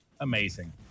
Amazing